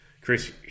Chris